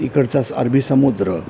इकडचाच अरबी समुद्र